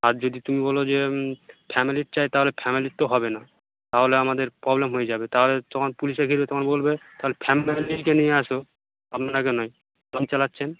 আর যদি তুমি বলো যে ফ্যামিলির চাই তাহলে ফ্যামিলির তো হবে না তাহলে আমাদের প্রবলেম হয়ে যাবে তাহলে তখন পুলিশে ঘিরে তোমাকে বলবে তাহলে নিয়ে এসো আপনাকে নয় চালাচ্ছেন